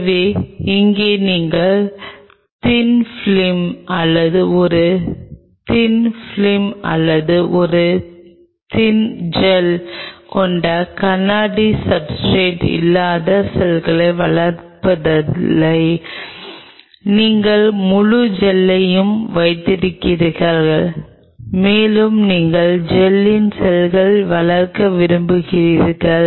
எனவே இங்கே நீங்கள் தின் பிலிம் அல்லது ஒரு தின் பிலிம் அல்லது ஒரு தின் ஜெல் கொண்ட கண்ணாடி சப்ஸ்ர்டேட் இல்லாத செல்களை வளர்ப்பதில்லை நீங்கள் முழு ஜெல்லையும் வைத்திருக்கிறீர்கள் மேலும் நீங்கள் ஜெல்லில் செல்களை வளர்க்க விரும்புகிறீர்கள்